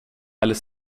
eller